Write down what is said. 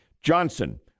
Johnson